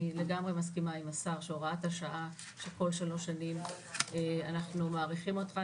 אני לגמרי מסכימה עם השר שהוראת השעה כל 3 שנים אנחנו מאריכים אותה,